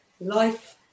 life